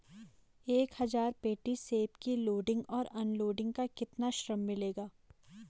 एक हज़ार पेटी सेब की लोडिंग और अनलोडिंग का कितना श्रम मिलेगा?